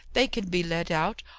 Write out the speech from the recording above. they can be let out,